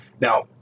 Now